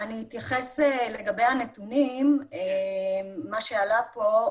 אני אתייחס לגבי הנתונים, מה שעלה פה.